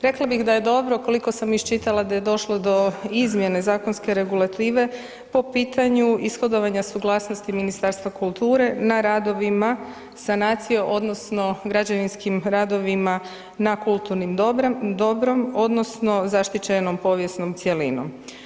Rekla bih da je dobro koliko sam iščitala da je došlo do izmjene zakonske regulative po pitanju ishodovanja suglasnosti Ministarstva kulture na radovima sanacije odnosno građevinskim radovima na kulturnim dobrom odnosno zaštićenom povijesnom cjelinom.